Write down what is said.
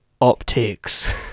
optics